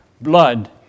blood